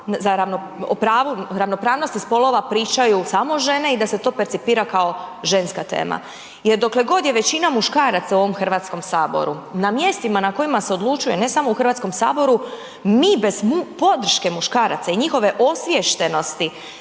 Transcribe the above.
ravnopravnosti spolova pričaju samo žene i da se to percipira kao ženska tema jer dokle god je većina muškaraca u ovom Hrvatskom saboru na mjestima na kojima se odlučuje ne samo u Hrvatskom saboru, mi bez podrške muškaraca i njihove osviještenosti